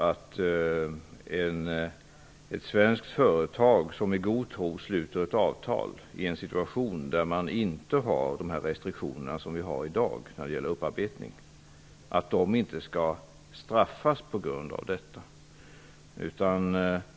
När ett svenskt företag i god tro sluter ett avtal -- i en situation där nuvarande restriktioner vad gäller upparbetning inte föreligger -- är det ganska naturligt att det företaget inte skall straffas för det.